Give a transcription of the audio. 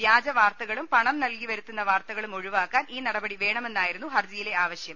വ്യാജ വാർത്തകളും പണം നൽകി വരുത്തുന്ന വാർത്തകളും ഒഴിവാക്കാൻ ഈ നടപടി വേണ മെന്നായിരുന്നു ഹർജിയിലെ ആവശ്യം